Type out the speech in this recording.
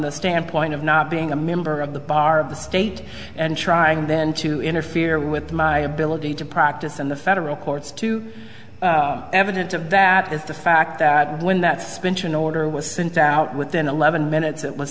the standpoint of not being a member of the bar of the state and trying then to interfere with my ability to practice in the federal courts to evidence of that is the fact that when that's pension order was sent out within eleven minutes it was